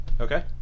Okay